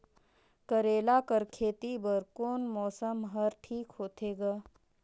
करेला कर खेती बर कोन मौसम हर ठीक होथे ग?